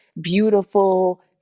beautiful